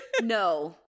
No